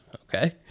okay